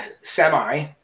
semi